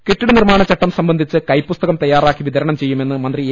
കെട്ടിടുനിർമ്മാണ ചട്ടം സംബന്ധിച്ച് കൈപുസ്തകം തയ്യാറാക്കി വിതരണം ചെയ്യുമെന്ന് മന്ത്രി എ